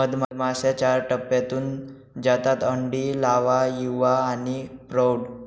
मधमाश्या चार टप्प्यांतून जातात अंडी, लावा, युवा आणि प्रौढ